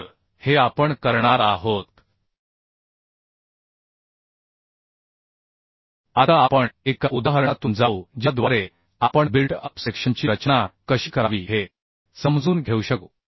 तर हे आपण करणार आहोत आता आपण एका उदाहरणातून जाऊ ज्याद्वारे आपण बिल्ट अप सेक्शनची रचना कशी करावी हे समजून घेऊ शकू